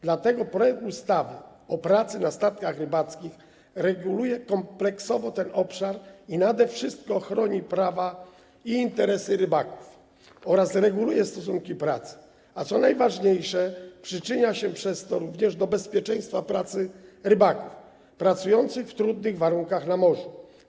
Dlatego projekt ustawy o pracy na statkach rybackich reguluje kompleksowo ten obszar i nade wszystko chroni prawa i interesy rybaków oraz reguluje stosunki pracy, a co najważniejsze - przyczynia się przez to również do zwiększenia bezpieczeństwa pracy rybaków pracujących w trudnych warunkach na morzu.